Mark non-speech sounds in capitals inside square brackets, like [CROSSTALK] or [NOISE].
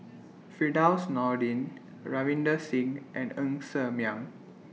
[NOISE] Firdaus Nordin Ravinder Singh and Ng Ser Miang